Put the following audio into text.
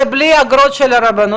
זה בלי אגרות של הרבנות,